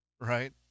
right